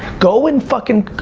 go and fuckin',